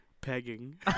Pegging